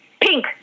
Pink